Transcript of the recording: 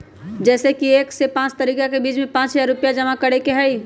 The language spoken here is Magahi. जैसे कि एक से पाँच तारीक के बीज में पाँच हजार रुपया जमा करेके ही हैई?